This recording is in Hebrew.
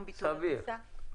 סביר.